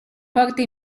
porta